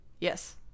Yes